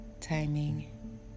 Timing